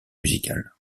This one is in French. musical